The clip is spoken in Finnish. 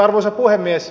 arvoisa puhemies